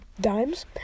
dimes